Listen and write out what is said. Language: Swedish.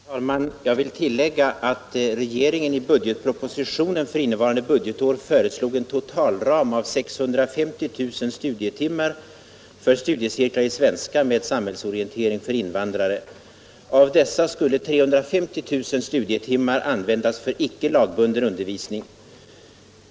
Om tillhandahål Herr talman! Jag vill tillägga att regeringen i budgetpropositionen för — lande på PK-baninnevarande budgetår föreslog en totalram av 650 000 studietimmar för — kens kontor och studiecirklar i svenska med samhällsorientering för invandrare. Av dessa — postanstalterna av skulle 350 000 studietimmar användas för icke lagbunden undervisning. blanketter m.m.